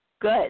Good